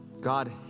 God